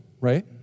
right